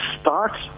start